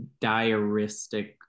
diaristic